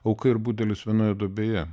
auka ir budelis vienoje duobėje